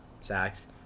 sacks